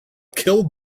kill